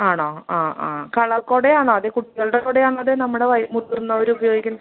ആണോ ആ ആ കളർ കുട ആണോ അത് കുട്ടികളുടെ കുട ആണോ അതോ നമ്മുടെ വയ മുതിർന്നവർ ഉപയോഗിക്കുന്ന